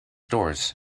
doors